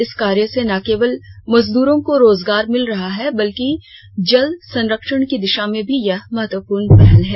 इस कार्य से न केवल मजदूरों को रोजगार मिल रहा है बल्कि जल संरक्षण की दिशा में भी यह महत्वपूर्ण पहल है